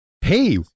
Hey